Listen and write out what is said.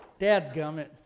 dadgummit